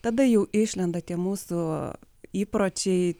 tada jau išlenda tie mūsų įpročiai